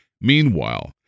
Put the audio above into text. Meanwhile